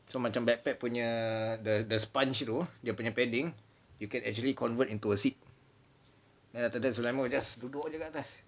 kirakan macam backpack punya the the sponge tu dia punya padding you can actually convert into a seat then after that sulaiman just duduk jer atas